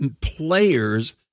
players